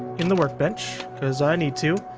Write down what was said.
in the workbench, because i need to.